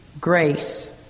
grace